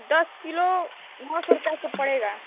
दस किलो नौ सौ रुपये का पड़ेगा